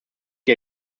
die